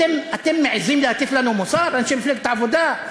אתם מעזים להטיף לנו מוסר, אנשי מפלגת העבודה?